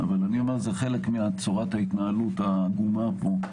אבל אני אומר שזה חלק מצורת ההתנהלות העגומה פה,